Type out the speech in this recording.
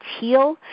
teal